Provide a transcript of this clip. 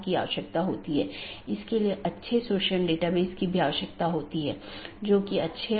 network layer reachability की जानकारी जिसे NLRI के नाम से भी जाना जाता है